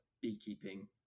beekeeping